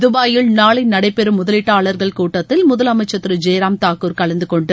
தபாயில் நாளை நடைபெறும் முதலீட்டாளர்கள் கூட்டத்தில் முதலமைச்சர் திரு ஜெய்ராம் தாக்கூர் கலந்தகொண்டு